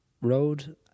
road